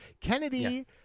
Kennedy